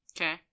Okay